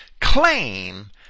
claim